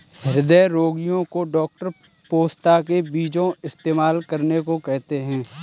हृदय रोगीयो को डॉक्टर पोस्ता के बीजो इस्तेमाल करने को कहते है